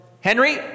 Henry